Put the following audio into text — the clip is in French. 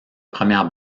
première